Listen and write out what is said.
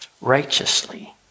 righteously